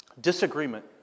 Disagreement